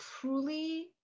truly